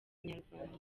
inyarwanda